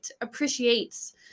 appreciates